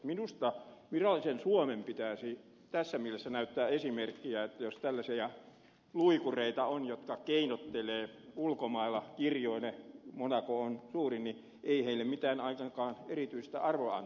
minusta virallisen suomen pitäisi tässä mielessä näyttää esimerkkiä että jos tällaisia luikureita on jotka keinottelevat ulkomailla kirjoille monaco on suurin niin ei heille ainakaan mitään erityistä arvonantoa osoitettaisi